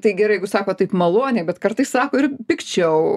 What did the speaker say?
tai gerai jeigu sako taip maloniai bet kartais sako ir pikčiau